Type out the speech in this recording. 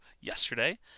yesterday